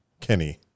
kenny